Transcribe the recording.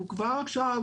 אנחנו כבר עכשיו